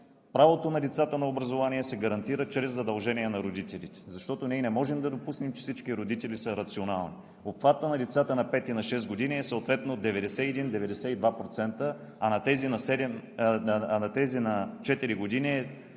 правото на децата на образование се гарантира чрез задължение на родителите, защото ние не можем да допуснем, че всички родители са рационални. Обхватът на децата на 5 и на 6 години е съответно 91 – 92%, а на тези на 4 години